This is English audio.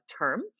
term